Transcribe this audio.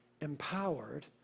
empowered